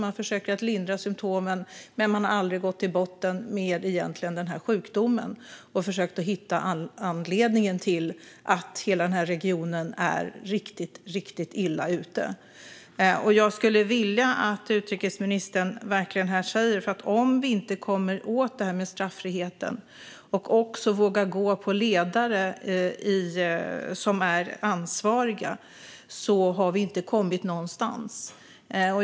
Man försöker lindra symtomen, men man har egentligen aldrig gått till botten med sjukdomen och försökt hitta anledningen till att hela den här regionen är riktigt illa ute. Om vi inte kommer åt straffriheten och vågar gå på ledare som är ansvariga har vi inte kommit någonstans.